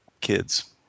kids